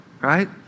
right